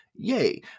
Yay